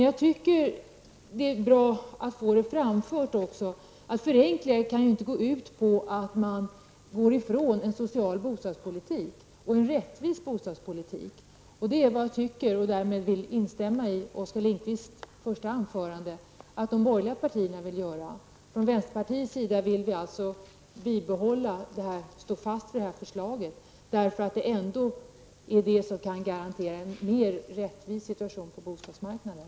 Jag tycker att det är bra att få framfört att förenklingar inte kan gå ut på att man frångår en social och rättvis bostadspolitik. Det är vad jag tycker. Därmed instämmer jag i det som Oskar Lindkvist sade i sitt första anförande, nämligen att det som jag nyss har nämnt är vad de borgerliga partierna vill göra. Men vi i vänsterpartiet står fast vid det aktuella förslaget, eftersom detta ändå kan erbjuda en mera rättvis situation på bostadsmarknaden.